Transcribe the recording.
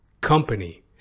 company